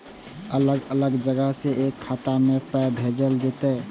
अलग अलग जगह से एक खाता मे पाय भैजल जेततै?